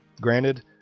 granted